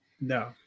no